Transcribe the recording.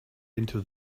into